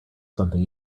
something